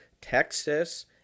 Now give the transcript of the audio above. Texas